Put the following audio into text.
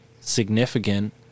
significant